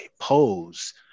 pose